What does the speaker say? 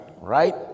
right